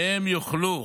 והם יוכלו,